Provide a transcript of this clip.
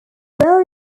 known